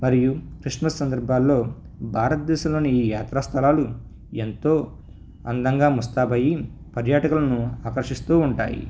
మరియు క్రిస్ట్మస్ సందర్భాల్లో భారతదేశంలోని ఈ యాత్రాస్థలాలు ఎంతో అందంగా ముస్తాబయ్యి పర్యాటకులను ఆకర్షిస్తూ ఉంటాయి